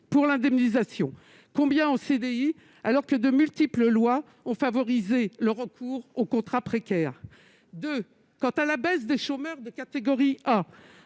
pour l'indemnisation ? Combien sont en CDI, alors que de multiples lois ont favorisé le recours aux contrats précaires ? S'agissant de la baisse des chômeurs de catégorie A,